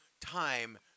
time